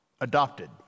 adopted